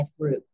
group